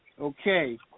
Okay